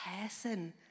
person